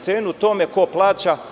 Cenu tome ko plaća?